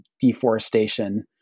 deforestation